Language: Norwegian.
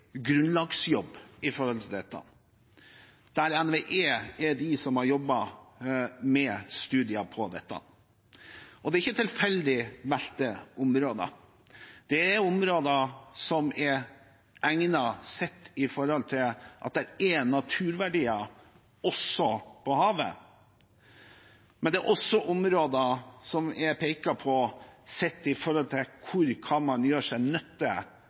grunnlagsjobb med dette, der NVE er de som har jobbet med studier på dette. Det er ikke tilfeldig valgte områder, det er områder som er egnet, sett i forhold til at det er naturverdier også på havet, men det er også områder som er pekt på sett i forhold til hvor man kan gjøre seg nytte